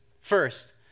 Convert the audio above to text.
first